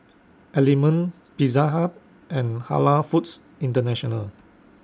Element Pizza Hut and Halal Foods International